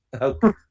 Okay